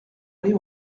aller